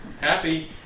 Happy